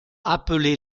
appeler